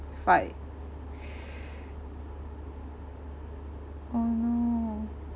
fight oh no